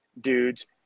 dudes